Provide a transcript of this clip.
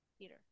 Peter